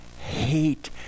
hate